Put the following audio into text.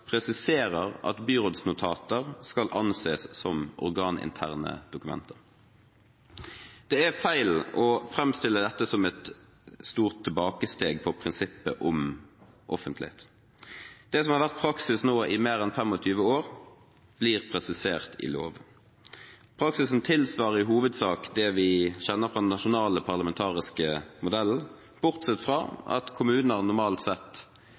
presiserer at byrådsnotater skal anses som organinterne dokumenter. Det er feil å framstille dette som et stort tilbakesteg for prinsippet om offentlighet. Det som har vært praksis nå i mer enn 25 år, blir presisert i loven. Praksisen tilsvarer i hovedsak det vi kjenner fra den nasjonale parlamentariske modellen, bortsett fra at kommuner normalt sett